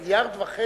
1.5 מיליארד?